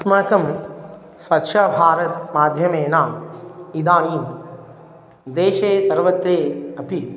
अस्माकं स्वच्छभारत् माध्यमेन इदानीं देशे सर्वत्रापि